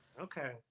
Okay